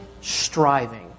striving